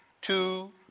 two